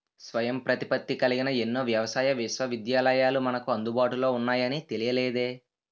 స్వయం ప్రతిపత్తి కలిగిన ఎన్నో వ్యవసాయ విశ్వవిద్యాలయాలు మనకు అందుబాటులో ఉన్నాయని తెలియలేదే